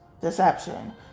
deception